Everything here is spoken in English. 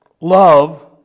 love